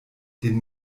den